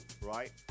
right